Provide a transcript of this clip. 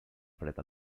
fred